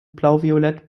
blauviolett